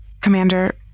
Commander